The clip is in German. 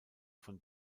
von